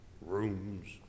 rooms